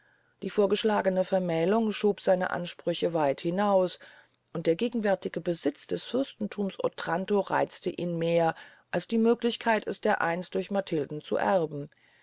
die vorgeschlagenen vermählungen schoben seine ansprüche weit hinaus und der gegenwärtige besitz des fürstenthums otranto reizte ihn mehr als die möglichkeit es dereinst durch matilden zu erben